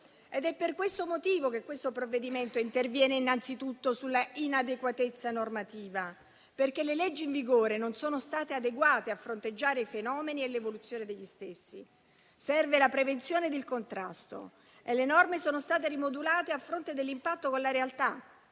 È per questo motivo che questo provvedimento interviene innanzitutto sulla inadeguatezza normativa, perché le leggi in vigore non sono state adeguate a fronteggiare i fenomeni e l'evoluzione degli stessi. Serve la prevenzione ed il contrasto. Le norme sono state rimodulate a fronte dell'impatto con la realtà,